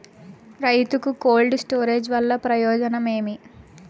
రైతుకు cold storage వల్ల ప్రయోజనం ఏమి?